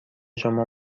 شما